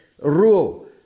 rule